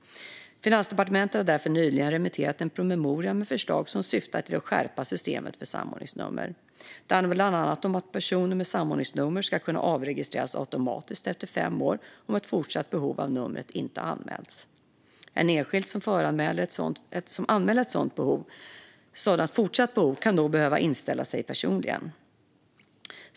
Finansdepartementet har därför nyligen remitterat en promemoria med förslag som syftar till att skärpa systemet med samordningsnummer. Det handlar bland annat om att personer med samordningsnummer ska kunna avregistreras automatiskt efter fem år om ett fortsatt behov av numret inte har anmälts. En enskild som anmäler ett sådant fortsatt behov kan då behöva inställa sig personligen.